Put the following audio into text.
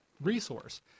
resource